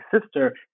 sister